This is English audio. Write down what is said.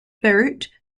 beirut